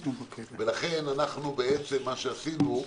לכן, אנחנו בעצם מה שעשינו,